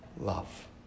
Love